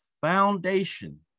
foundation